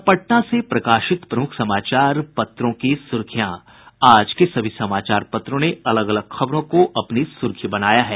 अब पटना से प्रकाशित प्रमुख समाचार पत्रों की सुर्खियां आज के सभी समाचार पत्रों ने अलग अलग खबरों को अपनी सुर्खी बनाया है